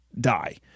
die